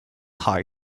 heart